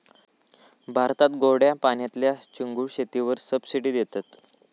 भारतात गोड्या पाण्यातल्या चिंगूळ शेतीवर सबसिडी देतत